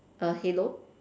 err halo